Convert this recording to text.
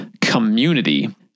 community